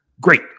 Great